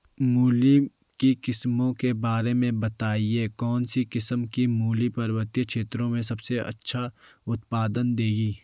मूली की किस्मों के बारे में बताइये कौन सी किस्म की मूली पर्वतीय क्षेत्रों में सबसे अच्छा उत्पादन देंगी?